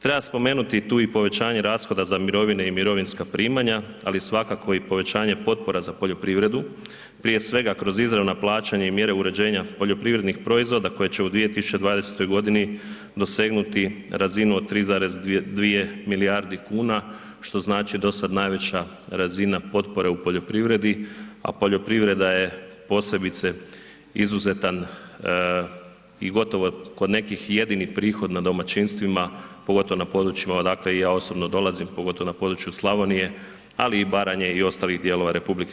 Treba spomenuti tu i povećanje rashoda za mirovine i mirovinska primanja, ali svakako i povećanje potpora za poljoprivredu, prije svega kroz izravna plaćanja i mjere uređenja poljoprivrednih proizvoda koje će u 2020. godini dosegnuti razinu od 3,2 milijarde kuna, što znači do sada najveća razina potpore u poljoprivredi, a poljoprivreda je posebice izuzetan i gotovo kod nekih i jedini prihod na domaćinstvima, pogotovo na područjima odakle i ja osobno dolazim pogotovo na području Slavonije, ali i Baranje i ostalih dijelova RH.